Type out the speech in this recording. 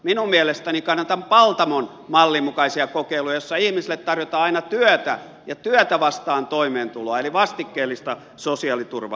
minun mielestäni kannatan paltamon mallin mukaisia kokeiluja joissa ihmisille tarjotaan aina työtä ja työtä vastaan toimeentuloa eli vastikkeellista sosiaaliturvaa